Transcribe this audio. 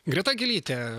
greta gylytė